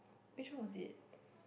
which one was it